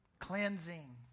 Cleansing